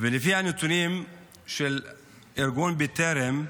לפי הנתונים של ארגון בטרם,